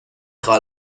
خال